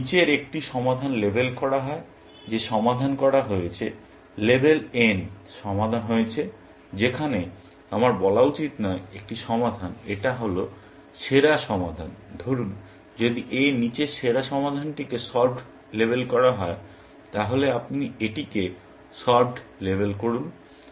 যদি নীচের একটি সমাধান লেবেল করা হয় যে সমাধান করা হয়েছে লেবেল n সমাধান হয়েছে যেখানে আমার বলা উচিত নয় একটি সমাধান এটা হল সেরা সমাধান ধরুন যদি এর নিচের সেরা সমাধানটিকে সলভড লেবেল করা হয় তাহলে আপনি এটিকে সলভড লেবেল করুন